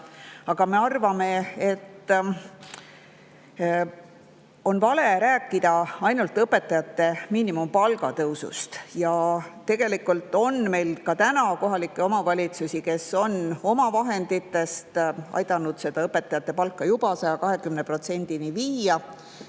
kuid me arvame, et on vale rääkida ainult õpetajate miinimumpalga tõusust. Tegelikult on meil juba praegu kohalikke omavalitsusi, kes on oma vahenditest aidanud viia õpetajate palga 120%-ni.